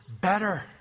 better